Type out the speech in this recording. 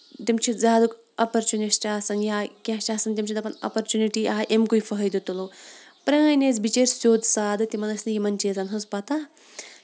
تِم چھِ زیادٕ اپرچونِسٹ آسان یا کیٚنہہ چھِ آسان تِم چھِ دَپان اپرچونِٹی آیہِ اَمہِ کُے فٲیدٕ تُلو پرٲنۍ ٲسۍ بِچٲر سیٚود سادٕ تِمن ٲسۍ نہٕ یِمن چیٖزن ہِنز پَتہ کِہینۍ